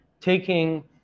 taking